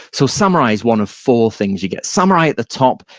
so samurai is one of four things you get. samurai at the top,